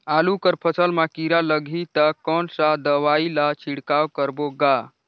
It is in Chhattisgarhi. आलू कर फसल मा कीरा लगही ता कौन सा दवाई ला छिड़काव करबो गा?